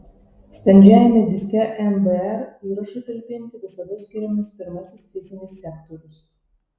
standžiajame diske mbr įrašui talpinti visada skiriamas pirmasis fizinis sektorius